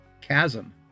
chasm